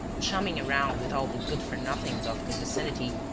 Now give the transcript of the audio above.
chumming around with all the good-for-nothings of the vicinity,